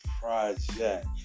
Project